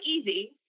easy